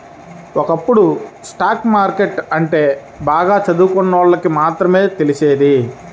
ఒకప్పుడు stock market అంటే బాగా చదువుకున్నోళ్ళకి మాత్రమే తెలిసేది